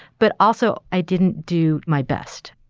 but also, i didn't do my best